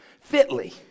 Fitly